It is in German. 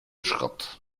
schrott